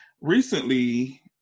recently